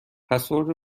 پسورد